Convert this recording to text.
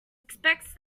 expects